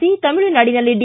C ತಮಿಳುನಾಡಿನಲ್ಲಿ D